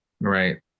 Right